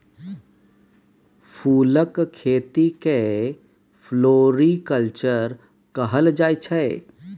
फुलक खेती केँ फ्लोरीकल्चर कहल जाइ छै